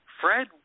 Fred